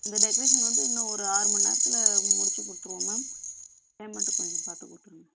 இந்த டெக்ரேஷன் வந்து இன்னும் ஒரு ஆறு மணி நேரத்தில் முடிச்சுக் கொடுத்துருவோம் மேம் பேமெண்ட் கொஞ்சம் பார்த்து கொடுத்துடுங்க